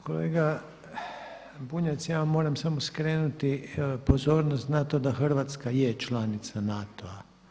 Kolega Bunjac, ja vam moram samo skrenuti pozornost na to da Hrvatska je članica NATO-a.